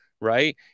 right